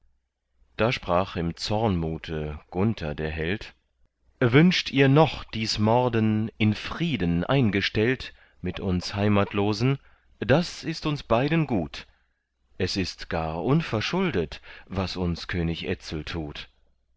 da sprach im zornmute gunther der held wünscht ihr noch dies morden in frieden eingestellt mit uns heimatlosen das ist uns beiden gut es ist gar unverschuldet was uns könig etzel tut